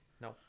No